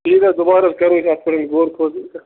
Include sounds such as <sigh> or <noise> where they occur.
ٹھیٖک حظ دُبارٕ حظ کرو أسۍ اَتھ پیٹھ غور <unintelligible>